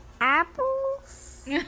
Apples